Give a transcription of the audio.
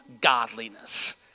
godliness